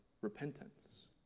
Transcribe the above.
repentance